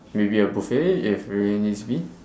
maybe a buffet if really needs be